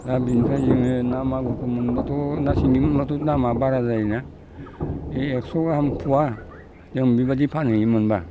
दा बिनिफ्राय जोङो ना मागुरखौ मोनब्लाथ' ना सिंगिबो मोनब्लाथ' दामआ बारा जायोना बे एकस' गाहाम पवा जों बेबायदि फानहैयोमोन मोनब्ला